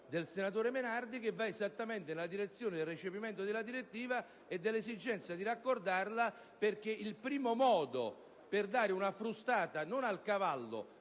del senatore Menardi, che va esattamente nella direzione del recepimento della direttiva e dell'esigenza di un raccordo. In effetti, il primo modo per dare una frustata, non al cavallo,